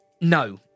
No